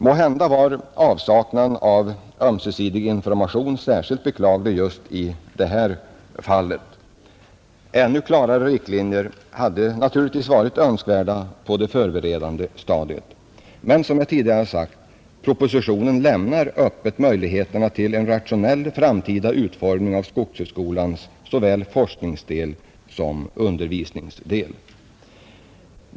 Måhända var avsaknaden av ömsesidig information särskilt beklaglig just i detta fall. Ännu klarare riktlinjer hade varit önskvärda på det förberedande stadiet. Men som jag tidigare sagt lämnar propositionen möjligheterna öppna för en rationell framtida utformning av skogshögskolans såväl forskningssom undervisningsdel.